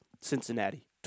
Cincinnati